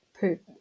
put